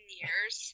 years